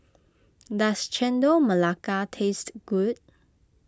does Chendol Melaka taste good